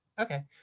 okay